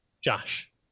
Josh